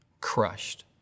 crushed